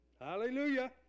Hallelujah